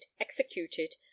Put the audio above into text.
executed